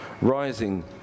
rising